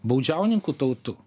baudžiauninkų tautų